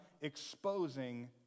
exposing